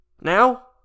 now